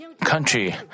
country